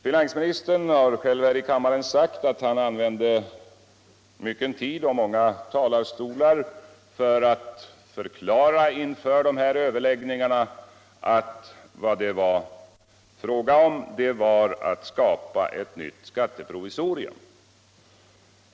Finansministern har själv här i kammaren sagt att han använde mycken tid och många talarstolar för att inför de här överläggningarna förklara att det var fråga om att skapa ett nytt skatteprovisorium.